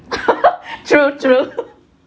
true true